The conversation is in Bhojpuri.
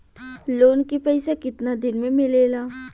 लोन के पैसा कितना दिन मे मिलेला?